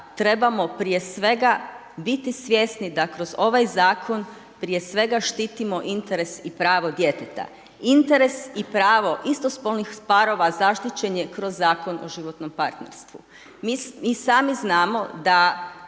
trebamo prije svega biti svjesni da kroz ovaj Zakon prije svega štitimo interes i pravo djeteta. Interes i pravo istospolnih parova zaštićen je kroz Zakon o životnom partnerstvu. Mi sami znamo da